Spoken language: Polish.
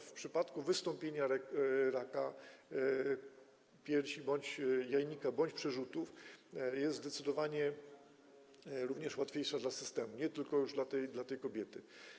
w przypadku wystąpienia raka piersi, bądź jajnika, bądź przerzutów, jest zdecydowanie również łatwiejsza dla systemu, nie tylko już dla kobiety.